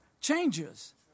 changes